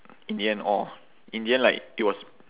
in the end orh in the end like it was